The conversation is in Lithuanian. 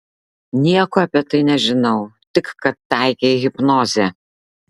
nieko apie tai nežinau tik kad taikei hipnozę